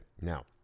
Now